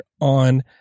on